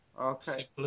Okay